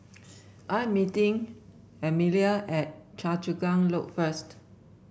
I am meeting Amalie at Choa Chu Kang Loop first